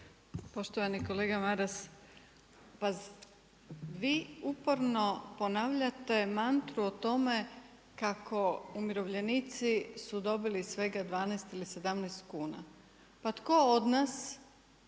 Poštovani kolega Maras, vi uporno ponavljate mantru o tome kako umirovljenici su dobili svega 12 ili 17 kuna. Pa tko od nas